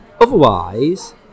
otherwise